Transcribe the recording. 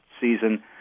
season